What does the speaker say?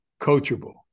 coachable